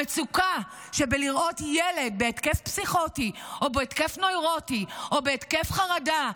המצוקה של לראות ילד בהתקף פסיכוטי או בהתקף נוירוטי או בהתקף חרדה,